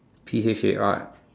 P H A R